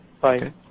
Bye